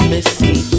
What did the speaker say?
Missy